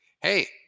hey